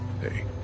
Hey